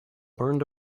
burned